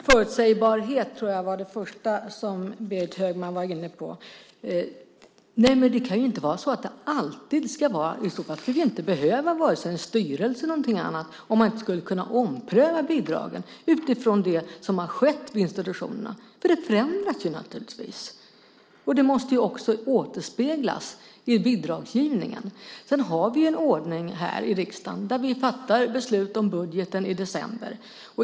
Fru talman! Jag tror att det första som Berit Högman var inne på var förutsebarhet. Det kan inte vara så att det alltid ska vara samma. I så fall skulle det inte behövas någon styrelse eller någonting sådant. Man ska kunna ompröva bidragen utifrån det som har skett vid institutionerna. Det förändras givetvis. Det måste också återspeglas i bidragsgivningen. Vi har en ordning i riksdagen där vi fattar beslut om budgeten i december.